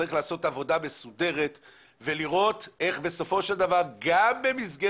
צריך לעשות עבודה מסודרת ולראות איך בסופו של דבר גם במסגרת